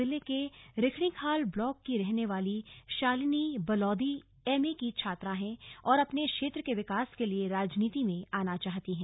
जिले के रिखणीखाल ब्लॉक की रहने वाली शालिनी बलौदी एमए की छात्रा है और अपने क्षेत्र के विकास के लिए राजनीति में आना चाहती हैं